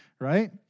Right